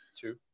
two